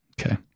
Okay